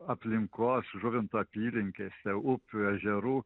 aplinkos žuvinto apylinkėse upių ežerų